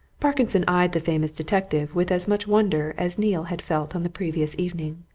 parkinson eyed the famous detective with as much wonder as neale had felt on the previous evening.